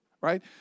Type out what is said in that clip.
right